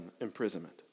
imprisonment